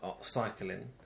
cycling